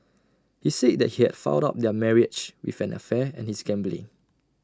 he said that he had fouled up their marriage with an affair and his gambling